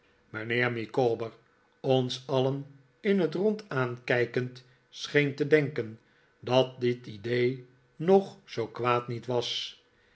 mijnheer micawber ons alien in het rond aankijkend scheen te denken dat dit idee nog zoo kwaad niet was